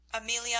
Amelia